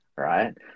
right